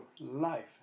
life